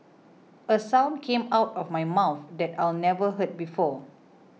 a sound came out of my mouth that I'd never heard before